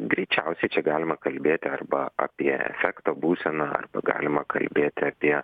greičiausiai čia galima kalbėti arba apie afekto būseną arba galima kalbėti apie